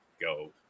go